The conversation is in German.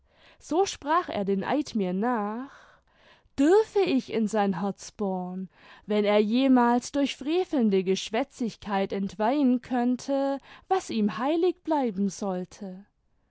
so sprach er den eid mir nach dürfe ich in sein herz bohren wenn er jemals durch frevelnde geschwätzigkeit entweihen könnte was ihm heilig bleiben sollte